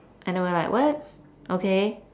and we were like what okay